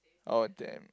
all them